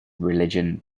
religion